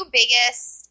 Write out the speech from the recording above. biggest